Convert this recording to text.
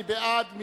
מי בעד?